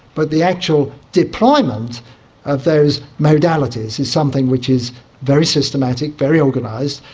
but the actual deployment of those modalities is something which is very systematic, very organised,